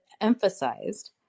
emphasized